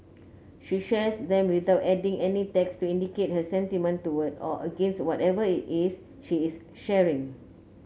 she shares them without adding any text to indicate her sentiment toward or against whatever it is she is sharing